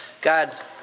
God's